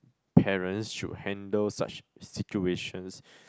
parents should handle such situations